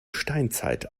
steinzeit